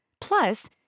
Plus